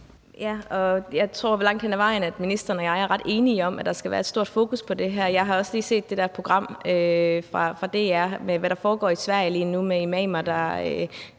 jeg tror, at ministeren og jeg langt hen ad vejen er enige om, at der skal være et stort fokus på det her. Jeg har også lige set det der program fra DR om, hvad der foregår i Sverige lige nu med imamer,